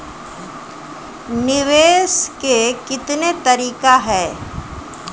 निवेश के कितने तरीका हैं?